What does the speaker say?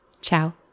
Ciao